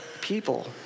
people